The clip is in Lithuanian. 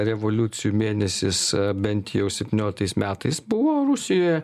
revoliucijų mėnesis bent jau septynioliktais metais buvo rusijoje